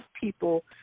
people